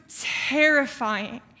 terrifying